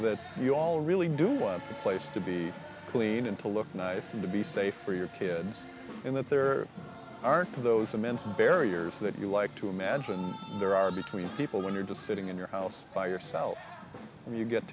that you all really do want a place to be clean and to look nice and to be safe for your kids and that there are those immense barriers that you like to imagine there are between people when you're just sitting in your house by yourself and you get